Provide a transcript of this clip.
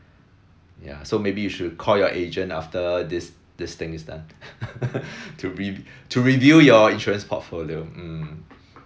ya so maybe you should call your agent after this this thing is done to re~ to review your insurance portfolio mm